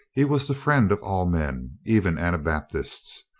he was the friend of all men, even anabaptists,